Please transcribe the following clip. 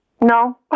No